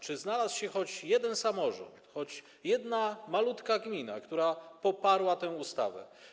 Czy znalazł się choć jeden samorząd, choć jedna malutka gmina, które poparły tę ustawę?